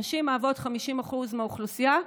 נשים מהוות 50% מהאוכלוסייה,